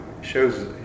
shows